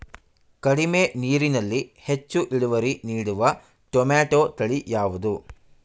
ಕಡಿಮೆ ನೀರಿನಲ್ಲಿ ಹೆಚ್ಚು ಇಳುವರಿ ನೀಡುವ ಟೊಮ್ಯಾಟೋ ತಳಿ ಯಾವುದು?